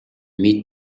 meet